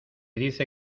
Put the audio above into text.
dice